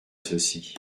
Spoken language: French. ceci